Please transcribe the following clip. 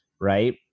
right